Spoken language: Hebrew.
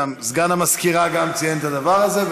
סגן המזכירה גם ציין את הדבר הזה,